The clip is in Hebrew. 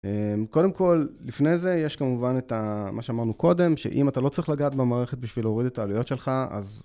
אהמ.. קודם כל, לפני זה יש כמובן את הה.. מה שאמרנו קודם, שאם אתה לא צריך לגעת במערכת בשביל להוריד את העלויות שלך, אז...